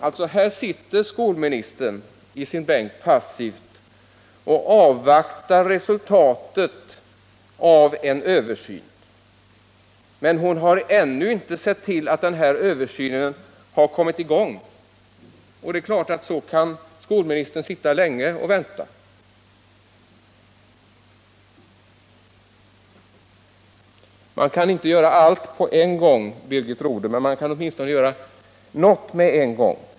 Alltså: Här sitter skolministern i sin bänk passivt och avvaktar resultatet av en översyn. Men hon har ännu inte sett till att den här översynen har kommit i gång. Och det är klart att så kan skolministern sitta länge och vänta. Man kan inte göra allt på en gång, Birgit Rodhe, men man kan åtminstone göra något med en gång.